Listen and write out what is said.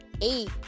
eight